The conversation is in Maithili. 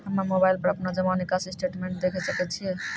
हम्मय मोबाइल पर अपनो जमा निकासी स्टेटमेंट देखय सकय छियै?